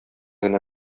генә